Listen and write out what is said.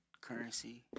Currency